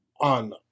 on